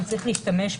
גם צריך להשתמש בה,